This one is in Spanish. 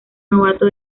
novato